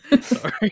Sorry